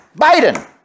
Biden